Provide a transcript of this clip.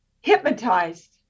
hypnotized